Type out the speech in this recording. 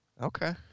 okay